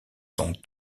sont